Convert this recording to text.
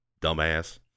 dumbass